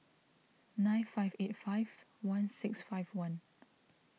nine five eight five one six five one